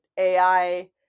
AI